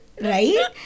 Right